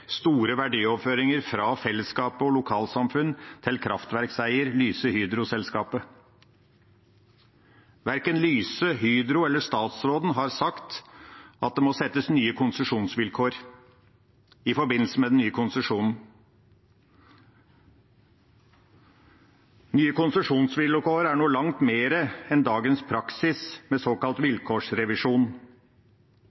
fellesskapet og lokalsamfunn til kraftverkseier Lyse-Hydro-selskapet. Verken Lyse, Hydro eller statsråden har sagt at det må settes nye konsesjonsvilkår i forbindelse med den nye konsesjonen. Nye konsesjonsvilkår er noe langt mer enn dagens praksis med såkalt